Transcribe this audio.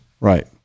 right